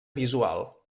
visual